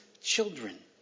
children